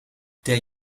der